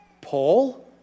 Paul